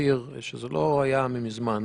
שזה לא היה ממזמן,